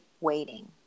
waiting